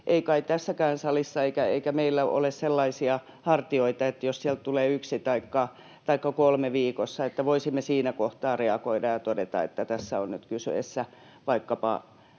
ei kai tässäkään salissa eikä meillä ole sellaisia hartioita, että jos sieltä tulee yksi taikka kolme viikossa, niin voisimme siinä kohtaa reagoida ja todeta, että tässä on nyt kyseessä vaikkapa